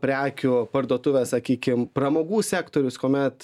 prekių parduotuvės sakykim pramogų sektorius kuomet